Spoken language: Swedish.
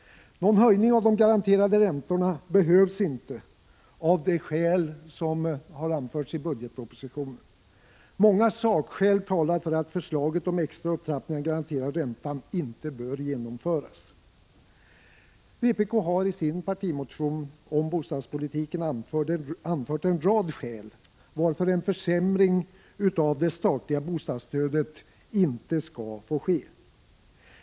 Någon höjning av de garanterade räntorna behövs inte av det skäl som har anförts i budgetpropositionen. Många sakskäl talar för att förslaget om extra upptrappning av den garanterade räntan inte bör genomföras. Vpk har i sin partimotion om bostadspolitiken anfört en rad skäl till att en försämring av det statliga bostadsstödet inte bör ske.